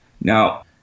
Now